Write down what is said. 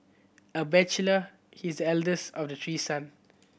a bachelor he is the eldest of the three son